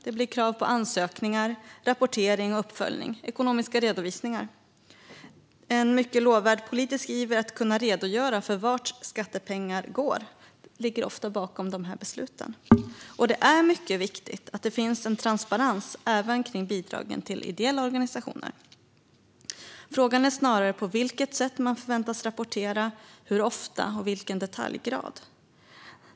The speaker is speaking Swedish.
Det blir krav på ansökningar, rapportering, uppföljning och ekonomiska redovisningar. En mycket lovvärd politisk iver att kunna redogöra för vart skattepengar går ligger ofta bakom de här besluten. Det är mycket viktigt att det finns en transparens även kring bidragen till ideella organisationer. Frågan är snarare på vilket sätt man förväntas rapportera, hur ofta och med vilken detaljgrad.